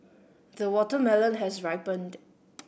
the watermelon has ripened